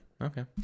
Okay